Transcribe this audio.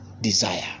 desire